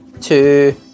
two